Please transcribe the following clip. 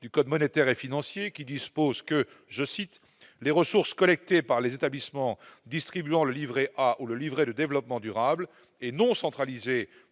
du Code monétaire et financier qui dispose que je cite les ressources collectées par les établissements distribuant le Livret A ou le Livret de développement durable et non centralisée